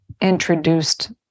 introduced